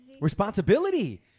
Responsibility